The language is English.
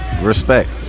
Respect